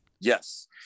yes